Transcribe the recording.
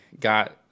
got